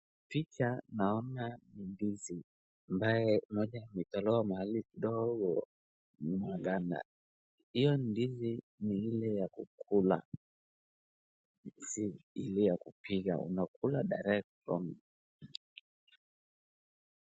Picha naona ndizi ambayo moja imetolewa mahali kidogo maganda. Hiyo ndizi ni ile ya kukula si ile ya kupika, unakula direct .